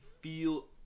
feel